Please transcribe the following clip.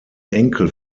enkel